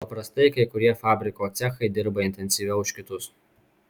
paprastai kai kurie fabriko cechai dirba intensyviau už kitus